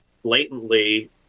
blatantly